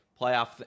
playoff